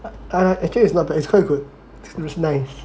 ah actually it's not bad it's quite good was nice